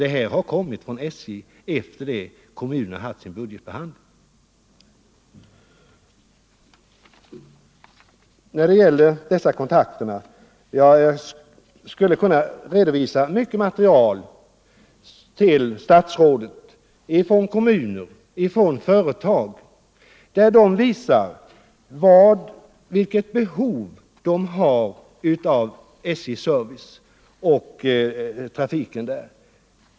Det här beslutet har kommit från SJ efter det att kommunerna har haft sin budgetbehandling. Jag skulle kunna redovisa mycket material från kommuner och företag där de visar vilket behov de har av SJ:s service.